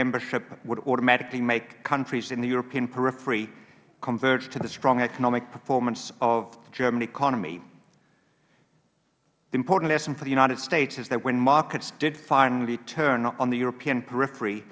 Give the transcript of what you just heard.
membership would automatically make countries in the european periphery converge to the strong economic performance of german economy the important lesson for the united states is that when markets did finally turn on the european periphery